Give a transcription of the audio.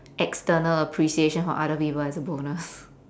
external appreciation from other people as a bonus